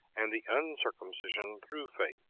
and the uncircumcision through faith.